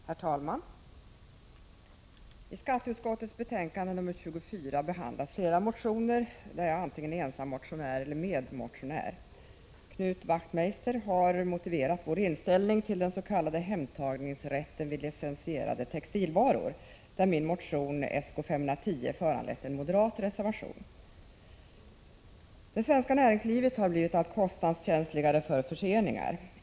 Herr talman! I skatteutskottets betänkande nr 24 behandlas flera motioner där jag är antingen ensam motionär eller medmotionär. Knut Wachtmeister har motiverat vår inställning till den s.k. hemtagningsrätten för licensierade textilvaror, där min motion Sk510 föranlett en moderat reservation. Det svenska näringslivet har blivit allt kostnadskänsligare för förseningar.